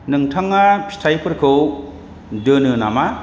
नोंथाङा फिथाइफोरखौ दोनो नामा